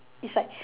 it's like